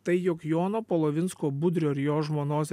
tai jog jono polovinsko budrio ir jo žmonos